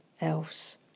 else